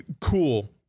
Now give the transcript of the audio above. cool